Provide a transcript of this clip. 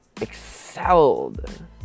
excelled